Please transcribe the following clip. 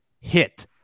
hit